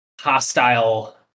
hostile